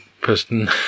Person